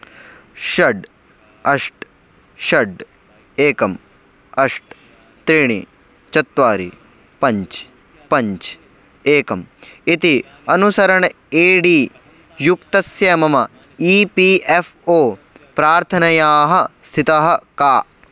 षड् अष्ट षड् एकम् अष्ट त्रीणि चत्वारि पञ्च पञ्च एकम् इति अनुसरणम् ए डी युक्तस्य मम ई पी एफ़् ओ प्रार्थनायाः स्थितिः का